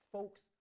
Folks